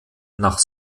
nach